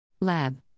Lab